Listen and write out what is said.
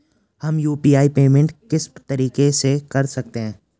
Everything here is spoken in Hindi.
हम यु.पी.आई पेमेंट किस तरीके से कर सकते हैं?